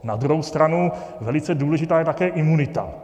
Na druhou stranu velice důležitá je také imunita.